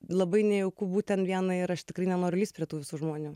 labai nejauku būt ten vienai ir aš tikrai nenoriu lįst prie tų visų žmonių